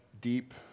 deep